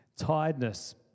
Tiredness